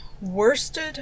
worsted